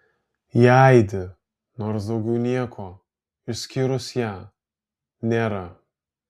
jie aidi nors daugiau nieko išskyrus ją nėra